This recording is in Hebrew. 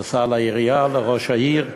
נסע לעירייה, לראש העיר,